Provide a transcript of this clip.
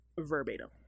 verbatim